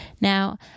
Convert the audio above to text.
Now